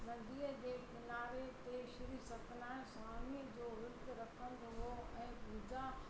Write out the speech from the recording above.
नदीअ जे किनारे ते श्री सत्यनारायण स्वामीअ जो विर्तु रखंदो हुओ ऐं पूजा